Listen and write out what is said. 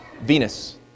Venus